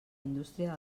indústria